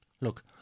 Look